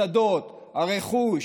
השדות והרכוש,